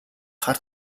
хар